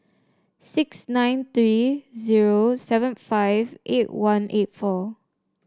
six nine three v seven five eight one eight four